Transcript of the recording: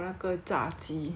what's your favourite flavour